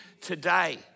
today